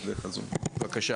בזום, בבקשה.